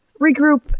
regroup